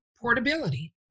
portability